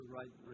right